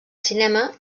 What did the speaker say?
cinema